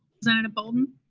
so and bolden?